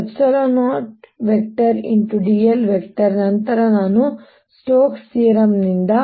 dl ನಂತರ ನಾನು Stokes theorem ನಿಂದ